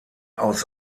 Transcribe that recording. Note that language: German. aus